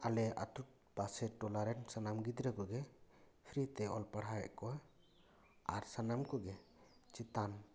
ᱟᱞᱮ ᱟᱹᱛᱩ ᱯᱟᱥᱮ ᱴᱚᱞᱟ ᱨᱮᱱ ᱥᱟᱱᱟᱢ ᱜᱤᱫᱽᱨᱟᱹ ᱠᱚᱜᱮ ᱯᱷᱨᱤ ᱛᱮ ᱚᱞ ᱯᱟᱲᱦᱟᱣ ᱮᱫ ᱠᱚᱣᱟᱭ ᱟᱨ ᱥᱟᱱᱟᱢ ᱠᱚᱜᱮ ᱪᱮᱛᱟᱱ ᱡᱟᱛᱮᱠᱚ ᱚᱞ ᱯᱟᱲᱦᱟᱣ ᱫᱟᱲᱮᱭᱟᱜ ᱚᱱᱟ ᱞᱟᱹᱜᱤᱫ ᱛᱮ ᱩᱱᱤ